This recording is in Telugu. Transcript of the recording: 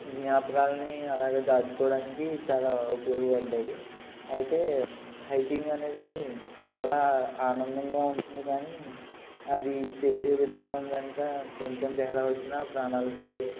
జ్ఞాపకాలని అలాగా దాచుకోవడానికి చాలా ఉపయోగపడింది అయితే హైకింగ్ అనేది చాలా ఆనందంగా ఉంటుంది కానీ అది చేసే విధానం కనుక కొంచెం తేడా వచ్చిన ప్రాణాలు పోయే